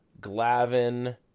Glavin